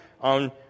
on